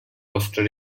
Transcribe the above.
costa